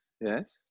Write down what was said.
yes